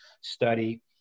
study